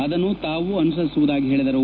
ಅದನ್ನು ತಾವು ಅನುಸರಿಸುವುದಾಗಿ ಹೇಳಿದರು